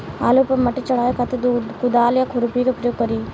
आलू पर माटी चढ़ावे खातिर कुदाल या खुरपी के प्रयोग करी?